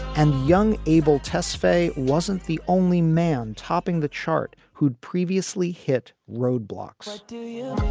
and young abel tesfaye wasn't the only man topping the chart who'd previously hit roadblocks